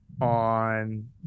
on